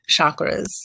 chakras